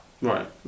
Right